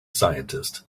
scientist